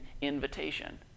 invitation